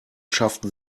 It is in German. schafften